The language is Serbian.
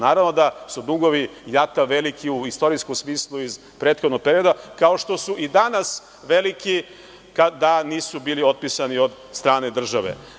Naravno da su dugovi JAT veliki u istorijskom smislu iz prethodnog perioda, kao što su i danas veliki kada nisu bili otpisani od strane države.